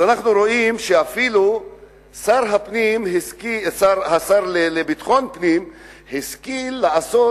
אנחנו רואים שהשר לביטחון פנים השכיל לעשות